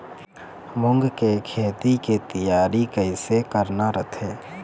मूंग के खेती के तियारी कइसे करना रथे?